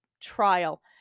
trial